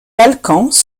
balkans